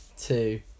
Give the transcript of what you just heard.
two